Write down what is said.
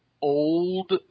old